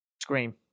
Scream